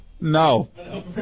No